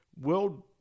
world